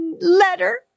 letter